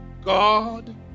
God